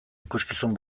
ikuskizun